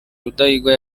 rudahigwa